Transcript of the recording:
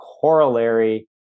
corollary